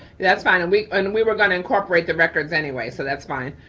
that's fine a week. and we were gonna incorporate the records anyway, so that's fine.